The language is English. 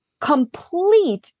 complete